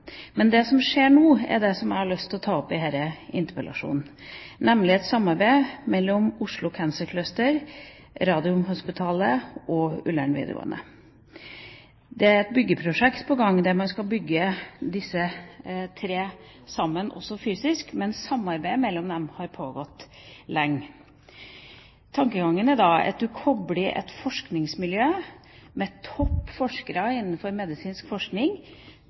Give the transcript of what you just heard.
det som skjer nå, som jeg har lyst til å ta opp i denne interpellasjonen, nemlig et samarbeid mellom Oslo Cancer Cluster, Radiumhospitalet og Ullern videregående skole. Det er et byggeprosjekt på gang – man skal bygge disse tre sammen også fysisk – men samarbeidet mellom dem har pågått lenge. Tankegangen er at man kobler et forskningsmiljø med topp forskere innenfor medisinsk forskning